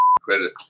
credit